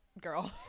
girl